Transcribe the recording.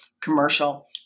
commercial